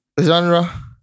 genre